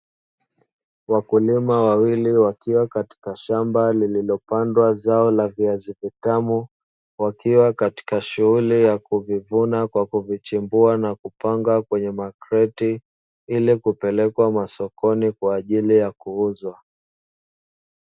Wakulima wawili wakiwa katika shamba lililopandwa zao la viazi vitamu, wakiwa katika shughuli ya kuvivuna kwa kuvichimbua na kupanga kwenye makterti ili kupelekwa masokoni kwaajili ya kuuzwa.